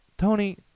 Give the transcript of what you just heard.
Tony